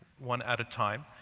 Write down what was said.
one at a time,